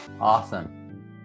Awesome